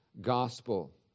gospel